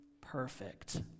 perfect